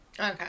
Okay